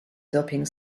doping